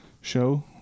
show